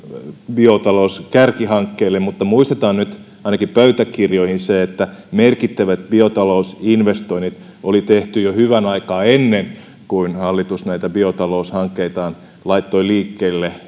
biotalouskärkihankkeelle mutta muistetaan nyt ainakin pöytäkirjoihin se että merkittävät biotalousinvestoinnit oli tehty jo hyvän aikaa ennen kuin hallitus näitä biotaloushankkeitaan laittoi liikkeelle